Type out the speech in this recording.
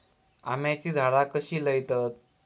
आम्याची झाडा कशी लयतत?